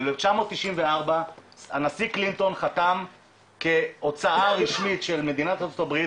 וב-1994 הנשיא קלינטון חתם כהוצאה רשמית של מדינת ארה"ב,